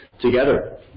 together